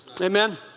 Amen